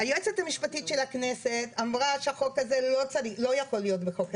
היועצת המשפטית של הכנסת אמרה שהחוק הזה לא יכול להיות בחוק הסדרים,